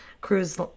cruise